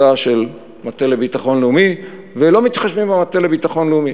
של מטה לביטחון לאומי ולא מתחשבים במטה לביטחון לאומי.